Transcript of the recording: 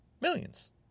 Millions